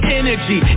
energy